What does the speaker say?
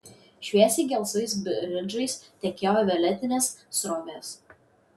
šviesiai gelsvais bridžais tekėjo violetinės srovės